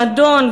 למדון,